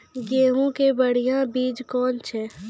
गेहूँ के बढ़िया बीज कौन छ?